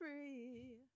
free